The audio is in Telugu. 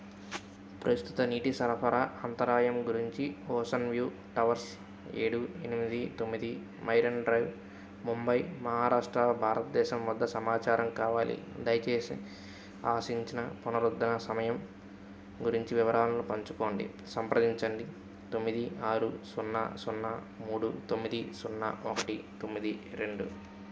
ప్రస్తుత నీటి సరఫరా అంతరాయం గురించి ఓషన్ వ్యూ టవర్స్ ఏడు ఎనిమిది తొమ్మిది మెరైన్ డ్రైవ్ ముంబై మహారాష్ట్ర భారతదేశం వద్ద సమాచారం కావాలి దయచేసి ఆశించిన పునరుద్ధరణ సమయం గురించి వివరాలను పంచుకోండి సంప్రదించండి తొమ్మిది ఆరు సున్నా సున్నా మూడు తొమ్మిది సున్నా ఒకటి తొమ్మిది రెండు